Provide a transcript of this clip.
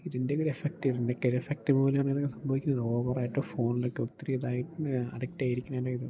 ഇതിൻ്റെ ഒരു ഇഫക്ട് ഇതിൻ്റെയൊക്കെ ഒരു ഇഫക്ട് പോലെ അങ്ങനെയൊക്കെ സംഭവിക്കുന്നത് ഓവറായിട്ട് ഫോണിലൊക്കെ ഒത്തിരിതായി അഡിക്റ്റായിയിരിക്കുന്നതിൻ്റെ ഇത്